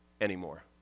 anymore